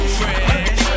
fresh